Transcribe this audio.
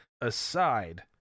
aside